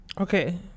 Okay